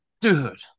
Dude